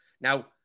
now